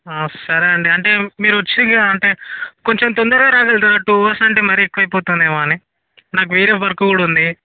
సరే అండి అంటే మీరు వచ్చి ఇగ అంటే కొంచెం తొందరగా రాగలరా టూ అవర్స్ అంటే మరి ఎక్కువ అయిపోతుంది ఏమో అని నాకు వేరే వర్క్ కూడా ఉంది